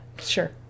sure